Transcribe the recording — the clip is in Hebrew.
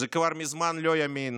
זה כבר מזמן לא ימין